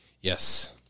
Yes